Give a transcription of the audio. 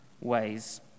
ways